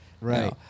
Right